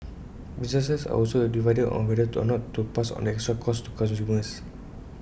businesses are also divided on whether or not to pass on the extra costs to consumers